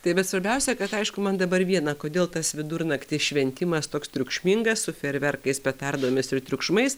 tai bet svarbiausia kad aišku man dabar viena kodėl tas vidurnaktį šventimas toks triukšmingas su fejerverkais petardomis ir triukšmais